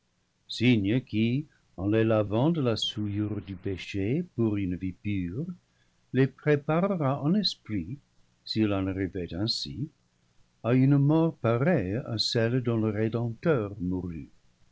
qui en les lavant de la souillure du péché pour une vie pure les pré parera en esprit s'il en arrivait ainsi à une mort pareille à celle dont le rédempteur mourut